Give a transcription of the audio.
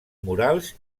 murals